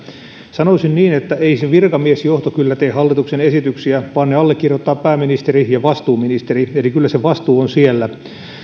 sanoisin niin että ei se virkamiesjohto kyllä tee hallituksen esityksiä vaan ne allekirjoittaa pääministeri ja vastuuministeri eli kyllä se vastuu on siellä